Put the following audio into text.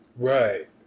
Right